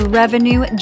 revenue